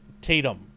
Tatum